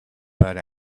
but